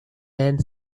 and